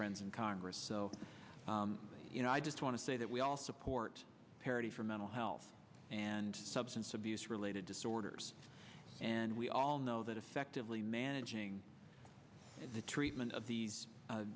friends in congress so you know i just want to say that we all support parity for mental health and substance abuse related disorders and we all know that effectively managing the treatment of these